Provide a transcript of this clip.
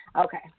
Okay